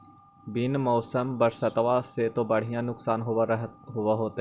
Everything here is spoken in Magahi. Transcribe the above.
बिन मौसम बरसतबा से तो बढ़िया नुक्सान होब होतै?